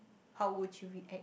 how would you react